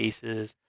cases